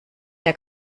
der